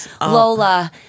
Lola